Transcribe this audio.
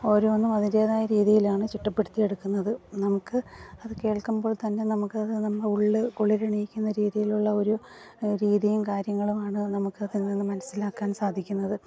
ഓരോന്നും അതിൻ്റേതായ രീതിയിലാണ് ചിട്ടപ്പെടുത്തിയെടുക്കുന്നത് നമുക്ക് അത് കേൾക്കുമ്പോൾ തന്നെ നമുക്ക് അത് നമ്മുടെ ഉള്ളിൽ കുളിർ അണിയിക്കുന്ന രീതിയിലുള്ള ഒരു രീതിയും കാര്യങ്ങളുമാണ് നമുക്ക് അതിൽ നിന്നും മനസ്സിലാക്കാൻ സാധിക്കുന്നത്